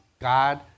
God